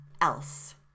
else